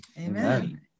amen